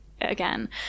again